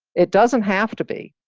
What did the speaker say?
it doesn't have to be.